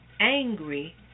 angry